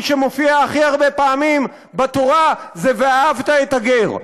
שמופיע הרבה פעמים בתורה הוא ואהבת את הגר.